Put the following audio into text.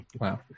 Wow